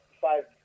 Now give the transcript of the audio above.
five